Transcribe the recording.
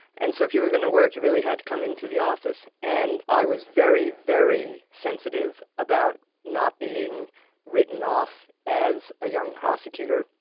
and so, if you were going to work, you really had to come into the office, and i was very, very sensitive about not being written off as a young prosecutor.